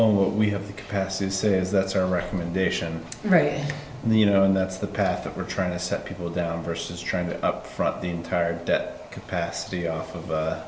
what we have the capacity says that's our recommendation right you know and that's the path that we're trying to set people down versus trying to up front the entire debt capacity off of